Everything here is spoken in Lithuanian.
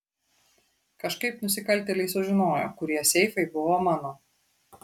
kažkaip nusikaltėliai sužinojo kurie seifai buvo mano